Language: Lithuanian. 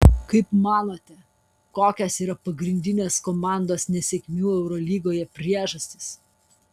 kaip manote kokios yra pagrindinės komandos nesėkmių eurolygoje priežastys